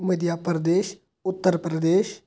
Madhya Pradesh Uttar Pradesh